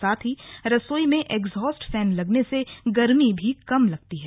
साथ ही रसोई में एग्सहॉस्ट फैन लगने से गर्मी भी कम लगती है